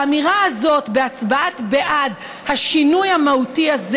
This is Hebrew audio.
באמירה הזאת, בהצבעה בעד השינוי המהותי הזה,